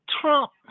Trump